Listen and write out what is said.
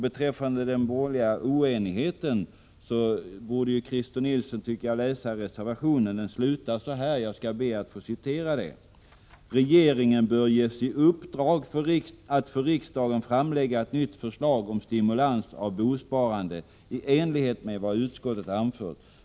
Beträffande den borgerliga oenigheten borde Christer Nilsson läsa reservationen. Den slutar så här: ”Regeringen bör ges i uppdrag att för riksdagen framlägga ett nytt förslag om stimulans av bosparandet i enlighet med vad utskottet anfört.